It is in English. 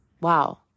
wow